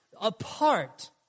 apart